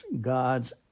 God's